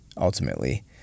ultimately